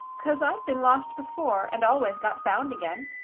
cause i've been lost before, and always got found again,